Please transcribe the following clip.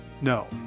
No